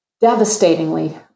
devastatingly